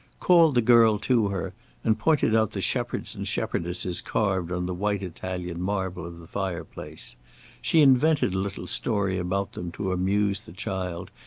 called the girl to her and pointed out the shepherds and shepherdesses carved on the white italian marble of the fireplace she invented a little story about them to amuse the child,